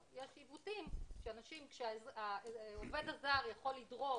יש עיוותים שהעובד הזר יכול לדרוש,